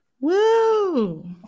Woo